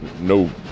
No